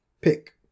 Pick